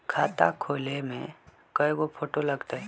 खाता खोले में कइगो फ़ोटो लगतै?